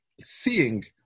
seeing